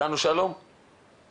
לשלום סננס ממשרד החינוך, בבקשה.